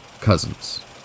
cousins